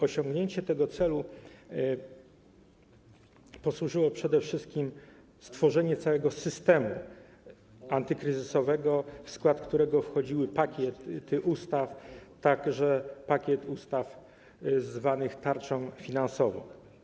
Osiągnięciu tego celu posłużyło przede wszystkim stworzenie całego systemu antykryzysowego, w skład którego wchodziły pakiety ustaw, także pakiet ustaw zwany tarczą finansową.